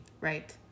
Right